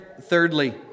Thirdly